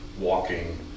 walking